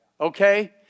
Okay